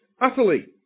utterly